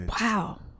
Wow